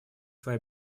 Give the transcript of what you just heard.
свои